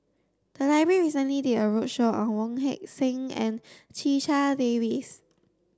the library recently did a roadshow on Wong Heck Sing and Checha Davies